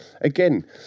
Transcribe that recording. Again